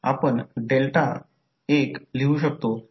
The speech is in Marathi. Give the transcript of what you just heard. तर आणि v2 डॉटेड टर्मिनल असलेल्या कॉइलवर पॉझिटिव्ह आहे